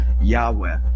Yahweh